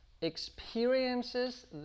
experiences